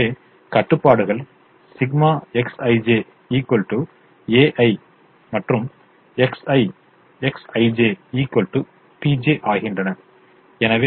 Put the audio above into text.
எனவே கட்டுப்பாடுகள் ∑ Xij ai மற்றும் Xi Xij bj ஆகின்றன